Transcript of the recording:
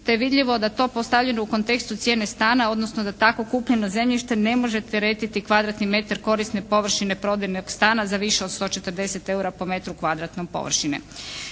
te je vidljivo da to postavljeno u kontekstu cijene stana, odnosno da tako kupljeno zemljište ne može teretiti kvadratni metar korisne površine prodajnog stana za više od 140 eura po metru kvadratnom površine.